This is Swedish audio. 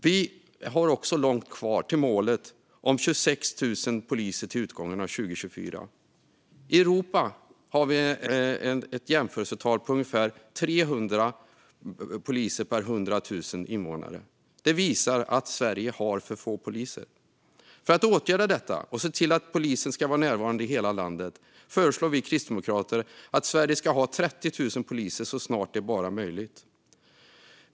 Vi har också långt kvar till målet om 26 000 poliser till utgången av 2024. I Europa är jämförelsetalet ungefär 300 poliser per 100 000 invånare. Det visar att Sverige har för få poliser. För att åtgärda detta och för att se till att polisen ska vara närvarande i hela landet föreslår vi kristdemokrater att Sverige ska ha 30 000 poliser så snart det bara är möjligt.